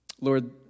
Lord